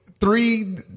three